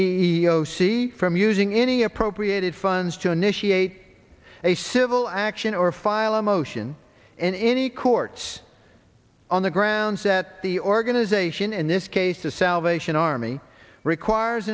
c from using any appropriated funds to initiate a civil action or file a motion in any courts on the grounds that the organization in this case the salvation army requires